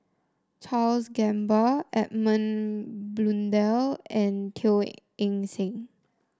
Charles Gamba Edmund Blundell and Teo Eng Seng